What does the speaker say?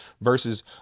versus